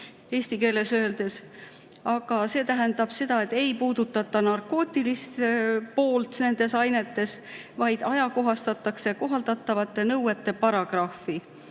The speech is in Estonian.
eesti keeles öeldes, aga ei puudutata narkootilist poolt nendes ainetes, vaid ajakohastatakse kohaldatavate nõuete paragrahve.